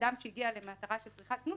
באדם שהגיע למטרה של צריכת זנות,